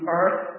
earth